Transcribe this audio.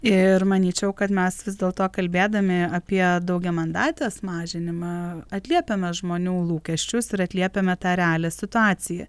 ir manyčiau kad mes vis dėlto kalbėdami apie daugiamandatės mažinimą atliepiame žmonių lūkesčius ir atliepiame tą realią situaciją